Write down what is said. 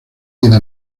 queda